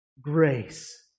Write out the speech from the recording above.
grace